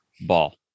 ball